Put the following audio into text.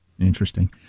Interesting